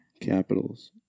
Capitals